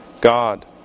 God